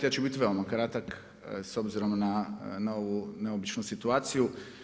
Ja ću biti veoma kratak s obzirom na ovu neobičnu situaciju.